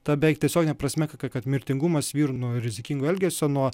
ta beveik tiesiogine prasme ka kad mirtingumas vyrų nuo rizikingo elgesio nuo